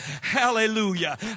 Hallelujah